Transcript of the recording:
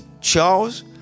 Charles